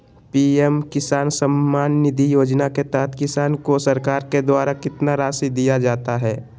PM Kisan Samman Nidhi योजना के तहत किसान को सरकार के द्वारा कितना रासि दिया जाता है?